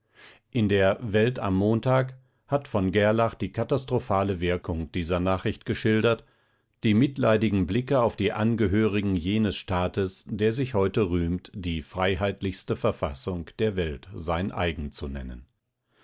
in der welt am montag hat v gerlach die katastrophale wirkung dieser nachricht geschildert die mitleidigen blicke auf die angehörigen jenes staates der sich heute rühmt die freiheitlichste verfassung der welt sein eigen zu nennen